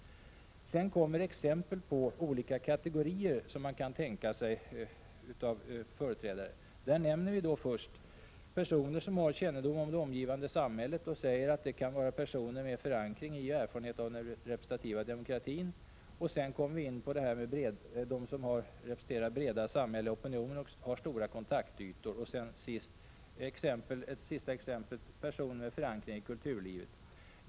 Därefter kommer exempel på olika kategorier av företrädare som man kan tänka sig. Där nämner vi först personer som har kännedom om det omgivande samhället och säger att det kan vara personer med förankring i och erfarenhet av den representativa demokratin. Så kommer vi till dem som representerar breda samhälleliga opinioner och har stora kontaktytor, och som sista exempel anför vi personer med förankring i kulturlivet.